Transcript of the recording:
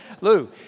Lou